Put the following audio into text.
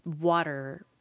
water